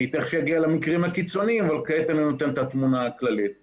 אני תיכף אגיע למקרים הקיצוניים אבל כרגע אני נותן את התמונה הכללית.